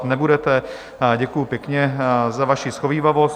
Nebudete, děkuju pěkně za vaši shovívavost.